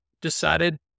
decided